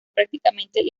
prácticamente